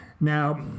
Now